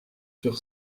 sur